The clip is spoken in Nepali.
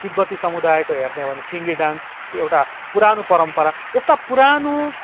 तिब्बती समुदायको हेर्ने हो भने सिङ्गे डान्स एउटा पुरानो परम्परा यस्ता पुरानो